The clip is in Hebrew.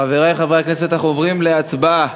חברי חברי הכנסת, אנחנו עוברים להצבעה